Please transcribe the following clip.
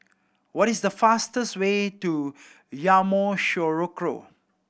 what is the fastest way to Yamoussoukro